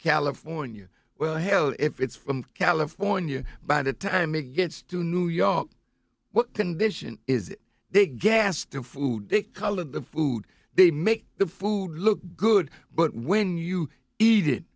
california well hell if it's from california by the time it gets to new york what condition is the gas to food the color of the food they make the food look good but when you eat it